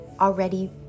already